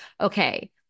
okay